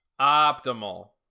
Optimal